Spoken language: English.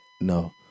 No